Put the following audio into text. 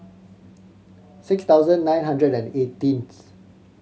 six thousand nine hundred and eighteenth